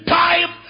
time